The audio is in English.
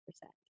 percent